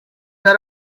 got